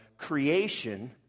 Creation